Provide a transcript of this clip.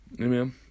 Amen